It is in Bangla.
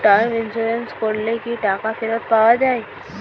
টার্ম ইন্সুরেন্স করলে কি টাকা ফেরত পাওয়া যায়?